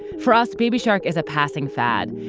for us, baby shark is a passing fad,